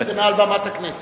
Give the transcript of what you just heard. את זה מעל במת הכנסת.